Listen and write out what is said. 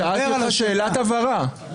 שאלת הבהרה.